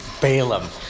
Balaam